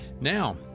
Now